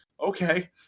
okay